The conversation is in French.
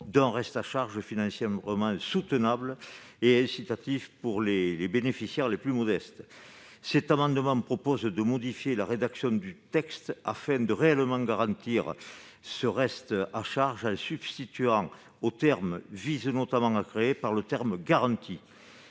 d'un reste à charge financièrement soutenable et incitatif pour les bénéficiaires les plus modestes. Cet amendement tend à modifier la rédaction du texte afin de réellement garantir ce reste à charge, en substituant le terme « garantit » au terme « vise